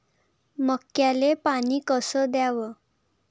मक्याले पानी कस द्याव?